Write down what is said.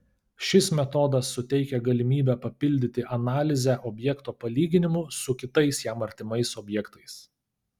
šis metodas suteikia galimybę papildyti analizę objekto palyginimu su kitais jam artimais objektais